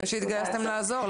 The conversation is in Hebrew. יפה שהתגייסתם לעזור,